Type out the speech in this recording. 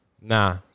Nah